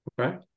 Okay